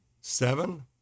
seven